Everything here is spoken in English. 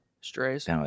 Strays